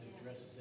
addresses